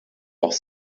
auch